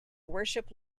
worship